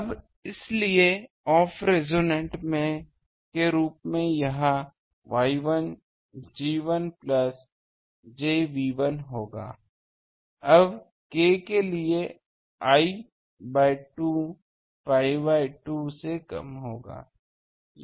अब इसलिए of resonance के रूप में यह Y 1 G 1 plus j B 1 होगा अब k के लिए l बाय 2 pi बाय 2 से कम होगा